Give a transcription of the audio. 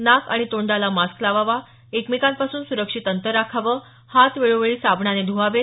नाक आणि तोंडाला मास्क लावावा एकमेकांपासून सुरक्षित अंतर राखावं हात वेळोवेळी साबणानं ध्वावेत